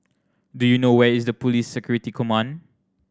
do you know where is Police Security Command